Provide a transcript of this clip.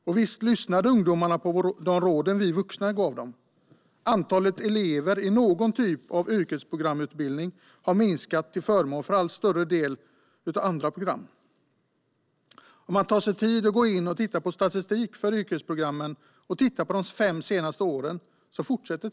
Och visst har ungdomarna lyssnat på de råd vi vuxna gav dem. Antalet elever i någon typ av yrkesprogramutbildning har minskat till förmån för en allt större andel andra program. Om man tar sig tid att titta på statistiken för yrkesprogram och ser på de fem senaste åren kan man se att trenden fortsätter.